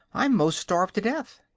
i'm most starved to death.